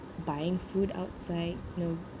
buying food outside you know